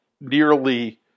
nearly